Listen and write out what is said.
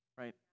Right